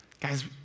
Guys